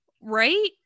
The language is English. Right